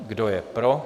Kdo je pro?